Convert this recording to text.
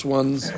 ones